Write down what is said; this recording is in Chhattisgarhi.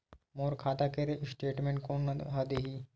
मोर खाता के स्टेटमेंट कोन ह देही?